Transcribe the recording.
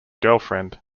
girlfriend